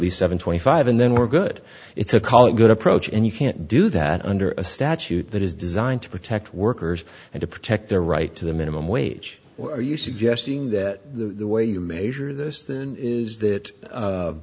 least seven twenty five and then we're good it's a call good approach and you can't do that under a statute that is designed to protect workers and to protect their right to the minimum wage are you suggesting that the way you measure this is that